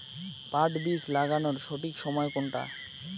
পাট বীজ লাগানোর সঠিক সময় কোনটা?